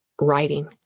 writing